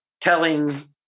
telling